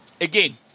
again